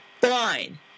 fine